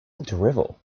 drivel